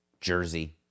Jersey